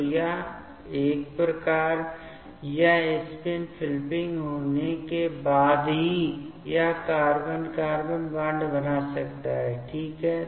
तो एक बार यह स्पिन फ़्लिपिंग होने के बाद ही यह कार्बन कार्बन बॉन्ड बना सकता है ठीक है